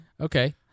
Okay